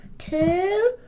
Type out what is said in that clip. Two